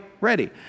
ready